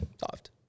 Soft